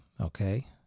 okay